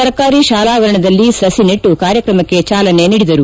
ಸರ್ಕಾರಿ ಶಾಲಾವರಣದಲ್ಲಿ ಸುಿ ನೆಟ್ಟು ಕಾರ್ಯಕ್ರಮಕ್ಕೆ ಚಾಲನೆ ನೀಡಿದರು